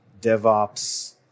DevOps